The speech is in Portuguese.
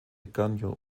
ganhou